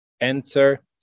enter